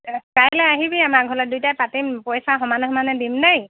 কাইলে আহিবি আমাৰ ঘৰলে দুইটাই পাতিম পইচা সমানে সমানে দিম দেই